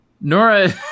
Nora